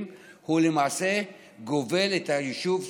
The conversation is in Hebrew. הוא למעשה גובל את היישוב סופית,